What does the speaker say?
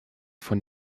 von